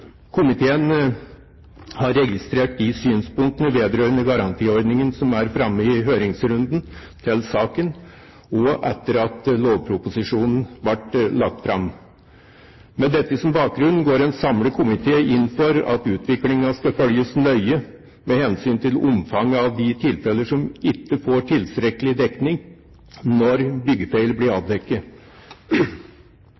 Komiteen har registrert de synspunktene vedrørende garantiordningen som er framkommet i høringsrunden til saken og etter at lovproposisjonen ble lagt fram. Med dette som bakgrunn går en samlet komité inn for at utviklingen skal følges nøye med hensyn til omfanget av de tilfeller som ikke får tilstrekkelig dekning når byggefeil blir